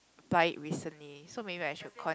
buy it recently so maybe I should continue